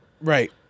Right